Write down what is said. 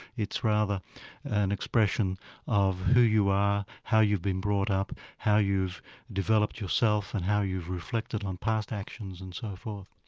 it's rather an expression of who you are, how you've been brought up, how you've developed yourself and how you've reflected on past actions and so forth.